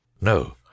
No